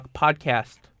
podcast